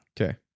Okay